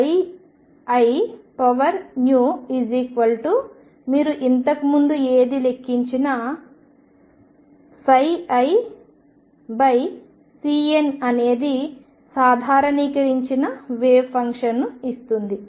inew మీరు ఇంతకు ముందు ఏది లెక్కించినా iCN అనేది సాధారణీకరించిన వేవ్ ఫంక్షన్ను ఇస్తుంది